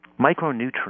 Micronutrients